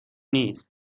نیست